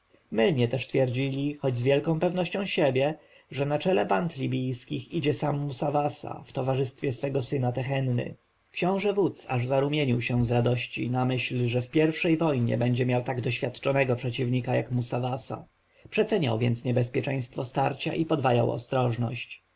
mylnie też twierdzili choć z wielką pewnością siebie że na czele band libijskich idzie sam musawasa w towarzystwie swego syna tehenny książę-wódz aż zarumienił się z radości na myśl że w pierwszej wojnie będzie miał tak doświadczonego przeciwnika jak musawasa przeceniał więc niebezpieczeństwo starcia i podwajał ostrożność